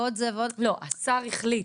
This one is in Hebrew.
או מכול מועד שבו נודע למנהל על ההרשעה,